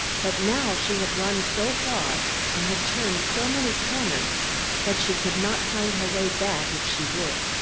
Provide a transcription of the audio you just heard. but now she had run so far and had turned so many corners that she could not find her way back if she would.